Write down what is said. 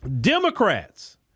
Democrats